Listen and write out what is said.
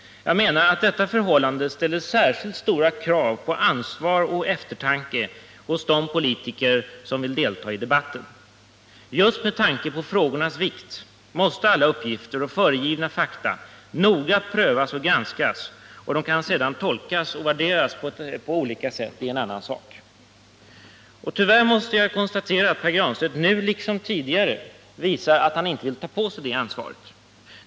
Jag menar att detta förhållande ställer särskilt stora krav på ansvar och eftertanke hos de politiker som vill delta i debatten. Just med tanke på frågans vikt måste alla uppgifter och föregivna fakta noga prövas och granskas. Att de sedan kan tolkas och värderas på olika sätt är en annan sak. Tyvärr måste jag konstatera att Pär Granstedt nu liksom tidigare visar att han inte vill ta på sig det ansvaret.